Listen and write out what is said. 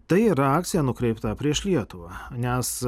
tai yra akcija nukreipta prieš lietuvą nes